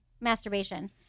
masturbation